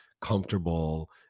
comfortable